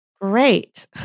Great